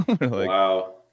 Wow